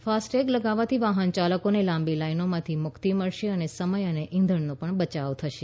FASTag લગાવવાથી વાહન ચાલકોને લાંબી લાઈનોમાંથી મુક્તિ મળશે અને સમય અને ઈંધણનો બચાવ પણ થશે